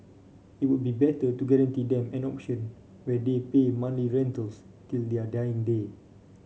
it would be better to guarantee them an option where they pay monthly rentals till their dying day